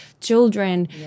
children